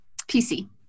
PC